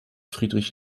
friedrich